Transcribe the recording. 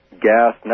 gas